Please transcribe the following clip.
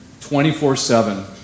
24-7